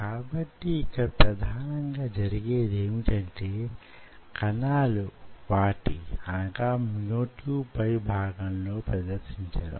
కాబట్టి ఇక్కడ ప్రధానంగా జరిగేది ఏమంటే కణాలను వాటి మ్యో ట్యూబ్ పై భాగంలో ప్రదర్శించడం